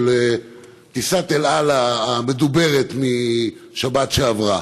של טיסת אל על המדוברת בשבת שעברה.